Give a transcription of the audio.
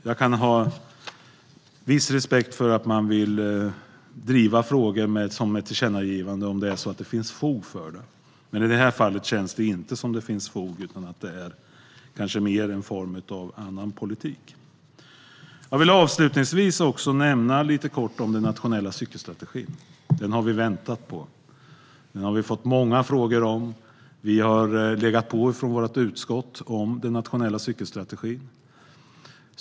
Jag kan ha viss respekt för att man vill driva frågor med hjälp av ett tillkännagivande, om det finns fog för det. Men i det här fallet känns det inte som att det finns det, utan mer som att det är ett uttryck för annan politik. Avslutningsvis vill jag lite kort nämna den nationella cykelstrategin. Den har vi väntat på. Vi har fått många frågor om den. Utskottet har legat på om den nationella cykelstrategin.